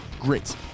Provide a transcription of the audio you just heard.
grit